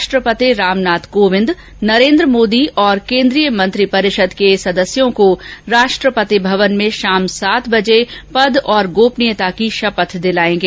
राष्ट्रपति रामनाथ कोविंद नरेन्द्र मोदी और केंद्रीय मंत्रिपरिषद के अन्य सदस्यों को राष्ट्रपति भवन में शाम सात बजे पद और गोपनीयता की शपथ दिलाएंगे